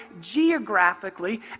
geographically